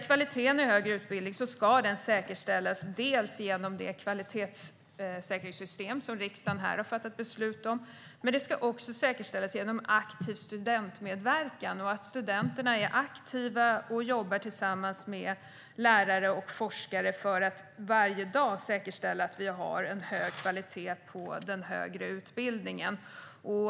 Kvaliteten i högre utbildning ska säkerställas genom det kvalitetssäkringssystem som riksdagen har fattat beslut om. Men det ska också säkerställas genom aktiv studentmedverkan. Studenterna ska vara aktiva och jobba tillsammans med lärare och forskare för att varje dag säkerställa en hög kvalitet på den högre utbildningen.